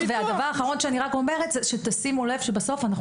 הדבר האחרון שאני אומרת הוא שתשימו לב שבסוף אנחנו